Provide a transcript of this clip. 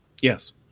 Yes